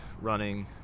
running